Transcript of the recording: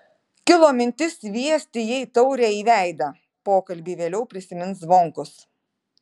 kilo mintis sviesti jai taurę į veidą pokalbį vėliau prisimins zvonkus